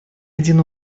один